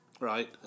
Right